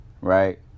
right